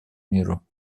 миру